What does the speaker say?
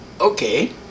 Okay